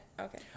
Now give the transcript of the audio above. Okay